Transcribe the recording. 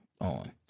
on